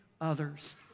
others